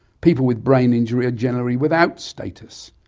people with brain injury are generally without status